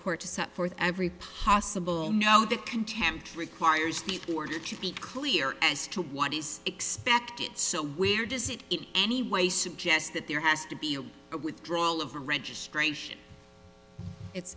court to set forth every possible know the contempt for acquires the order to be clear as to what is expected so where does it in any way suggest that there has to be a withdrawal of registration it's